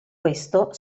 questo